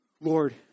Lord